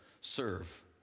serve